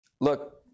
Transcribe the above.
look